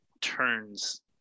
turns